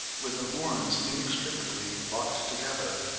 with the horns inextricably locked together,